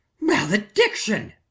malediction